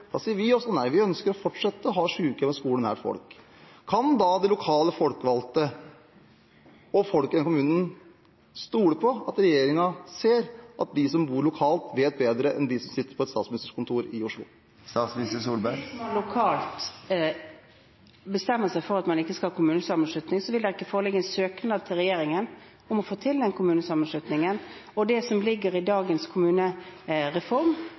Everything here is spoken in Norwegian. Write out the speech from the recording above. da sier vi også nei, vi ønsker å fortsette å ha sykehjem og skole nær folk – kan da de lokale folkevalgte og folket i kommunen stole på at regjeringen ser at de som bor lokalt, vet bedre enn de som sitter på et statsministerkontor i Oslo? Hvis man lokalt bestemmer seg for at man ikke skal ha kommunesammenslutning, vil det ikke foreligge en søknad til regjeringen om å få til den kommunesammenslutningen, og det som ligger i dagens kommunereform,